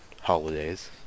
holidays